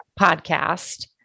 podcast